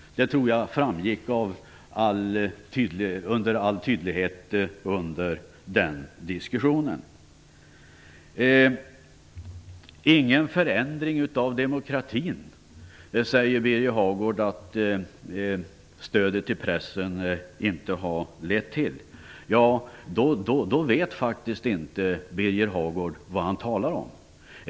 Jag tror att det framgick med stor tydlighet under den diskussionen. Birger Hagård säger att stödet till pressen inte har lett till någon förändring av demokratin. I så fall vet Birger Hagård faktiskt inte vad han talar om.